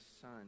son